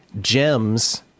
gems